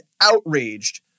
outraged